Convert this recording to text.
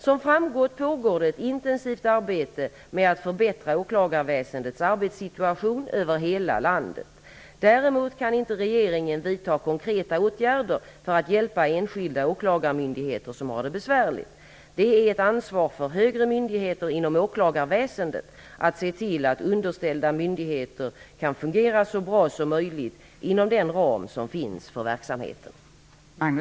Som framgått pågår det ett intensivt arbete med att förbättra åklagarväsendets arbetssituation över hela landet. Däremot kan inte regeringen vidta konkreta åtgärder för att hjälpa enskilda åklagarmyndigheter som har det besvärligt. Det är ett ansvar för högre myndigheter inom åklagarväsendet att se till att underställda myndigheter kan fungera så bra som möjligt inom den ram som finns för verksamheten.